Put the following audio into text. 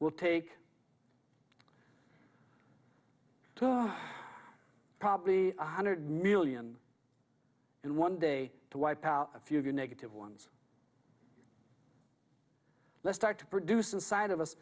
will take probably one hundred million in one day to wipe out a few of your negative ones let's start to produce inside of us